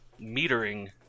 metering